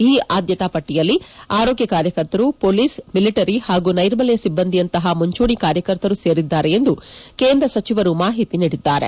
ಈ ಆದ್ದತಾ ಪಟ್ಟಿಯಲ್ಲಿ ಆರೋಗ್ಯ ಕಾರ್ಯಕರ್ತರು ಪೊಲೀಸ್ ಮಿಲಿಟರಿ ಹಾಗೂ ನೈರ್ಮಲ್ವ ಸಿಬ್ಲಂದಿಯಂತಹ ಮುಂಚೂಣಿ ಕಾರ್ಯಕರ್ತರು ಸೇರಿದ್ದಾರೆ ಎಂದು ಕೇಂದ್ರ ಸಚಿವರು ಮಾಹಿತಿ ನೀಡಿದ್ದಾರೆ